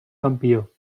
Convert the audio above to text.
campió